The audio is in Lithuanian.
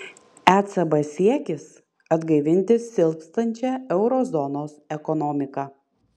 ecb siekis atgaivinti silpstančią euro zonos ekonomiką